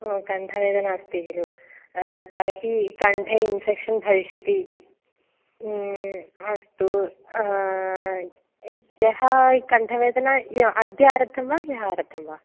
ओ कण्ठवेदना अस्ति खलु तर्हि कण्ठे इन्फ़ेक्षन् भविष्यति इति अस्तु ह्यः कण्ठवेदना य अद्य आरब्धं वा ह्यः आरब्धं वा